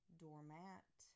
doormat